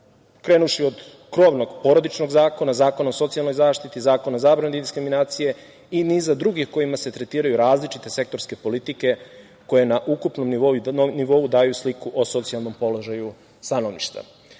krenuvši od krovnog Porodičnog zakona, Zakona o socijalnoj zaštiti, Zakona o zabrani diskriminacije i niza drugih kojima se tretiraju različite sektorske politike koje na ukupnom nivou daju sliku o socijalnom položaju stanovništva. Srbija